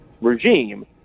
regime